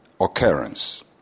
occurrence